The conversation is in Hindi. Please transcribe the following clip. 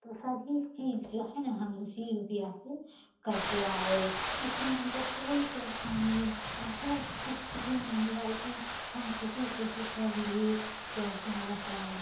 तो सभी चीज जो है न हम उसी रुपिया से करते आए इसमें हमको कोई परेशानी बहुत कुछ भी नहीं हुआ इतना हम खुशी खुशी कर लिए कि हम क्या बताएँ